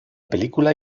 película